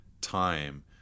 time